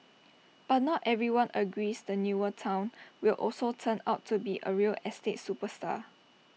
but not everyone agrees the newer Town will also turn out to be A real estate superstar